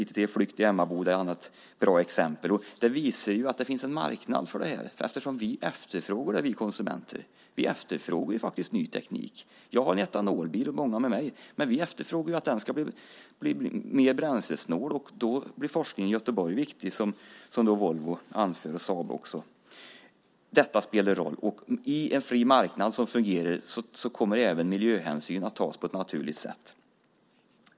ITT Flygt i Emmaboda är ett bra exempel. Det visar att det finns en marknad för det här, eftersom vi konsumenter faktiskt efterfrågar ny teknik. Jag och många med mig har en etanolbil. Men vi efterfrågar att den ska bli mer bränslesnål. Då blir forskningen i Göteborg, som Volvo och Saab anför, viktig. Detta spelar roll. På en fri marknad kommer även miljöhänsyn att tas på ett naturligt sätt.